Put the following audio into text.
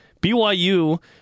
BYU